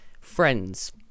friends